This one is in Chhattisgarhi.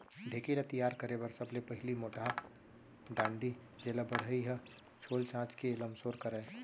ढेंकी ल तियार करे बर सबले पहिली मोटहा डांड़ी जेला बढ़ई ह छोल चांच के लमसोर करय